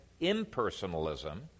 impersonalism